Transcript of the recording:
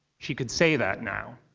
she could say that now.